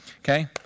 okay